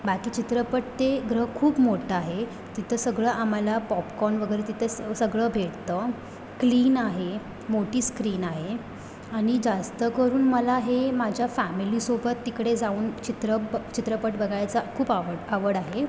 बाकी चित्रपट ते ग्रह खूप मोठं आहे तिथं सगळं आम्हाला पॉपकॉन वगैरे तिथे सगळं भेटतं क्लीन आहे मोठी स्क्रीन आहे आणि जास्त करून मला हे माझ्या फॅमिलीसोबत तिकडे जाऊन चित्रप चित्रपट बघायचा खूप आवड आवड आहे